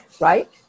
right